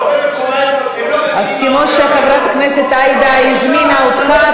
אז כמו שחברת הכנסת עאידה הזמינה אותך,